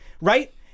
right